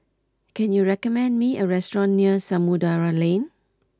can you recommend me a restaurant near Samudera Lane